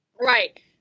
Right